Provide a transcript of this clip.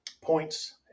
points